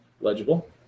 legible